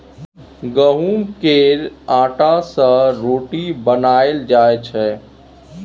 गहुँम केर आँटा सँ रोटी बनाएल जाइ छै